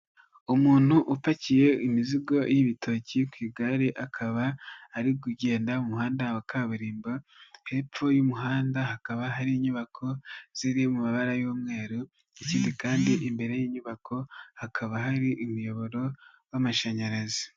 Umuntu upakiye imizigo y'ibitoki ku igare akaba ari kugenda muhanda wa kaburimbo, hepfo y'umuhanda hakaba hari inyubako ziri mu mabara y'umweru, ikindi kandi imbere y'inyubako hakaba hari imiyoboro y'amashanyarazi.